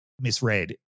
misread